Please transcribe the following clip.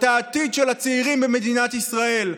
את העתיד של הצעירים במדינת ישראל.